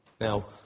Now